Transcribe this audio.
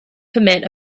permit